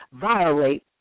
violate